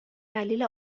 دلیل